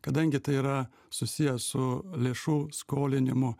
kadangi tai yra susiję su lėšų skolinimu